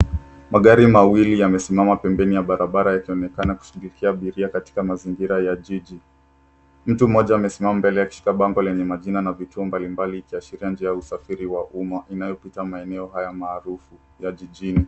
Magari mawili yamesimama pembeni ya barabara yakionekana kushughulikia abiria katika mazingira ya jiji. Mtu mmoja amesimama mbele akishika bango lenye majina na vituo mbalimbali, ikiashiria njia ya usafiri wa umma inayopita maeneo haya maaruf ya jijini.